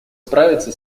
справиться